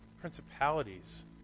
principalities